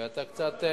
ואתה קצת,